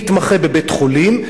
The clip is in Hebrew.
מתמחה בבית-חולים,